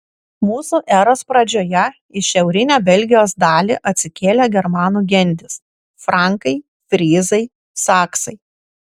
mūsų eros pradžioje į šiaurinę belgijos dalį atsikėlė germanų gentys frankai fryzai saksai